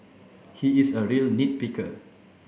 he is a real nit picker